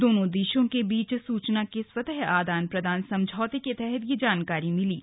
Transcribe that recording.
दोनों देशों के बीच सूचना के स्वतः आदान प्रदान समझौते के तहत यह जानकारी मिली है